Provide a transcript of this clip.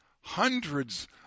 hundreds